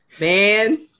man